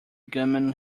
gunman